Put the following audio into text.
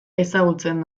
ezagutzen